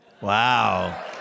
wow